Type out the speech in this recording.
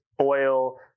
Oil